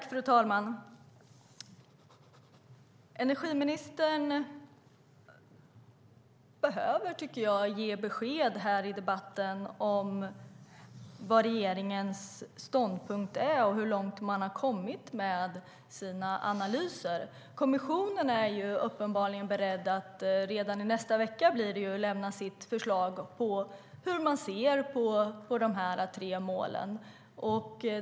Fru talman! Energiministern behöver ge besked i debatten om regeringens ståndpunkt och om hur långt man har kommit i sina analyser. Kommissionen är uppenbarligen beredd att redan i nästa vecka lämna sitt förslag på hur man ser på dessa tre mål.